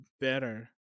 better